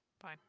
Fine